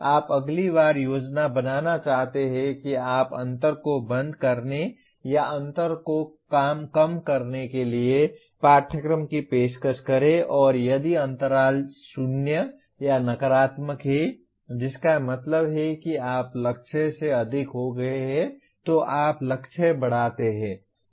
आप अगली बार योजना बनाना चाहते हैं कि आप अंतर को बंद करने या अंतर को कम करने के लिए पाठ्यक्रम की पेशकश करें और यदि अंतराल 0 या नकारात्मक है जिसका मतलब है कि आप लक्ष्य से अधिक हो गए हैं तो आप लक्ष्य बढ़ाते हैं